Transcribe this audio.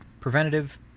Preventative